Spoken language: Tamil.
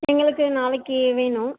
எங்களுக்கு நாளைக்கு வேணும்